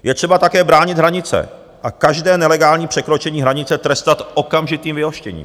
Je třeba také bránit hranice a každé nelegální překročení hranice trestat okamžitým vyhoštěním.